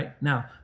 Now